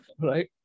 right